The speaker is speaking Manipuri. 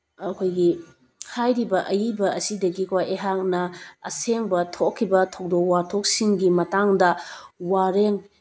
ꯑꯩꯈꯣꯏꯒꯤ ꯍꯥꯏꯔꯤꯕ ꯑꯏꯕ ꯑꯁꯤꯗꯒꯤꯀꯣ ꯑꯩꯍꯥꯛꯅ ꯑꯁꯦꯡꯕ ꯊꯣꯛꯈꯤꯕ ꯊꯧꯗꯣꯛ ꯋꯥꯊꯣꯛꯁꯤꯡꯒꯤ ꯃꯇꯥꯡꯗ ꯋꯥꯔꯦꯡ